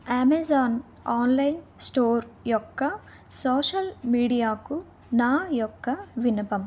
Amazon online store యొక్క social మీడియాకు నా యొక్క విన్నపం